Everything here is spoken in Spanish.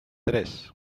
tres